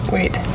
Wait